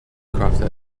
crafted